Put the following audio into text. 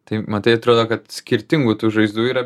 tai ma tai atro kad skirtingų tų žaizdų yra